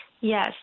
Yes